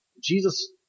Jesus